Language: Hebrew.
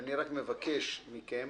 אני רק מבקש מכם,